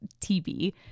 TV